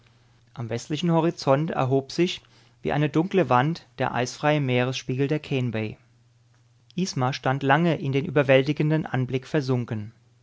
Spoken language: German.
am westlichen horizont erhob sich wie eine dunkle wand der eisfreie meeresspiegel der kane bai isma stand lange in den überwältigenden anblick versunken